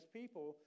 people